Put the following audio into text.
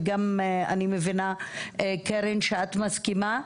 ואני מבינה גם קרן שאת מסכימה,